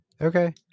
Okay